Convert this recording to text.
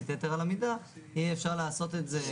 היה שלוש שנים את התקרה.